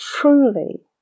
truly